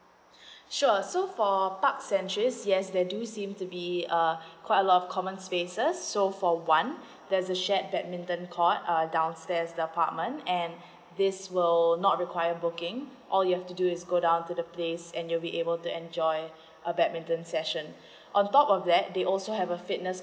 sure so for park centuries yes then you seem to be uh quite a lot of common spaces so for one there's a shared badminton court err downstairs apartment and this will not require booking all you have to do is go down to the place and you'll be able to enjoy a badminton session on top of that they also have a fitness